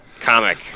comic